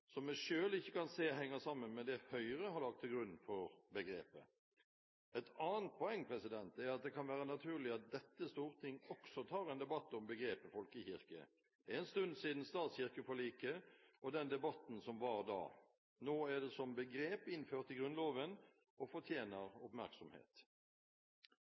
som jeg selv ikke kan se henger sammen med det Høyre har lagt til grunn for begrepet. Et annet poeng er at det kan være naturlig at dette storting også tar en debatt om begrepet «folkekirke». Det er en stund siden stat–kirke-forliket og den debatten som var da. Nå er det som begrep innført i Grunnloven og